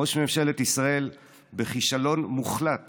ראש ממשלת ישראל בכישלון מוחלט